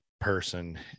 person